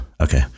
Okay